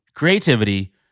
creativity